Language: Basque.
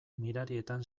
mirarietan